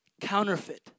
Counterfeit